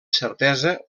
certesa